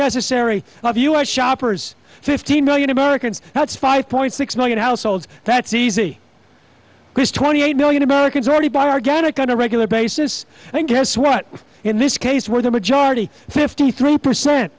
necessary of us shoppers fifteen million americans that's five point six million households that's easy because twenty eight million americans already bargain account a regular basis and guess what in this case where the majority fifty three percent